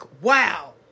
wow